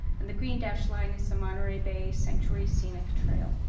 and the green dashed line is the monterey bay sanctuary scenic trail.